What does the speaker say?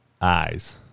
eyes